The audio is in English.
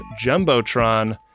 Jumbotron